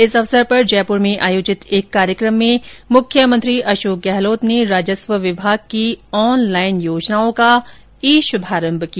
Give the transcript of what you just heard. इस अवसर पर जयपूर में आयोजित एक कार्यक्रम में मुख्यमंत्री अशोक गहलोत ने राजस्व विभाग की ऑनलाइन योजनाओं का ई शुभारंभ किया